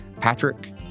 Patrick